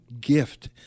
gift